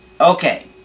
okay